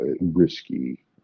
risky